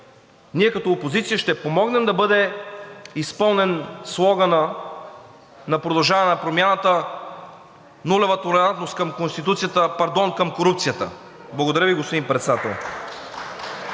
ние, като опозиция, ще помогнем да бъде изпълнен слоганът на „Продължаваме Промяната“ – „Нулева толерантност към Конституцията“, пардон – „към корупцията“. Благодаря Ви, господин Председател.